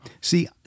See